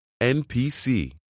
NPC